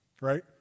right